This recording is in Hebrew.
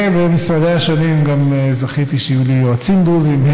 ובמשרדיי השונים גם זכיתי שיהיו לי יועצים דרוזים,